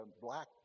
Black